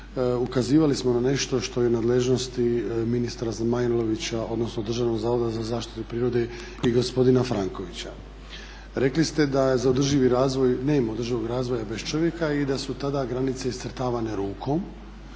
Ukazivali smo na nešto što je u nadležnosti ministra Zmajlovića, odnosno Državnog zavoda za zaštitu prirode i gospodina Frankovića. Rekli ste da za održivi razvoj, nema održivog razvoja bez čovjeka i da su tada granice iscrtavane rukom